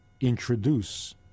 introduce